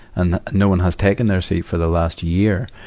and no one has taken their seat for the last year,